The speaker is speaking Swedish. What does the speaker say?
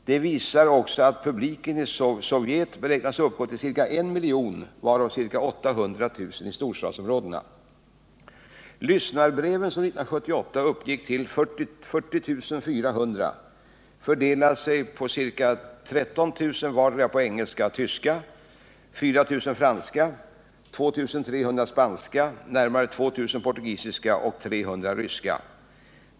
De visar också att publiken i Sovjet beräknas uppgå till ca 1 miljon, varav ca 800000 i storstadsområdena. Lyssnarbreven — som 1978 uppgick till 40 400 — fördelar sig med ca 13 000 vardera på engelska och tyska, 4 000 franska, 2 300 spanska, närmare 2 000 portugisiska och 300 ryska.